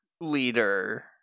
leader –